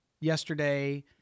yesterday